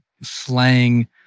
slang